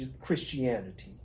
Christianity